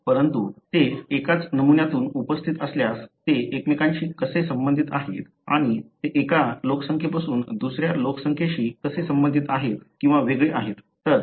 परंतु ते एकाच नमुन्यात उपस्थित असल्यास ते एकमेकांशी कसे संबंधित आहेत आणि ते एका लोकसंख्येपासून दुसऱ्या लोकसंख्येशी कसे संबंधित किंवा वेगळे आहेत